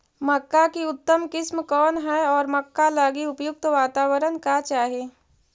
मक्का की उतम किस्म कौन है और मक्का लागि उपयुक्त बाताबरण का चाही?